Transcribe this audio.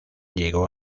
llegó